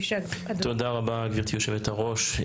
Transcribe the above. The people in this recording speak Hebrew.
תודה רבה גברתי יושבת הראש.